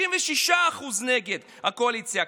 56% נגד הקואליציה,